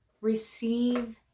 receive